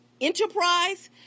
enterprise